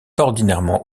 ordinairement